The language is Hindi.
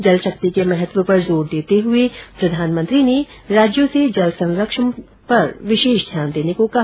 जल शक्ति के महत्व पर जोर देते हुए प्रधानमंत्री ने राज्यों से जल संरक्षण पर विशेष ध्यान देने को कहा